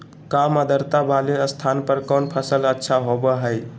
काम आद्रता वाले स्थान पर कौन फसल अच्छा होबो हाई?